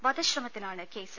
വധശ്രമത്തിനാണ് case